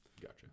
Gotcha